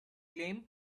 claim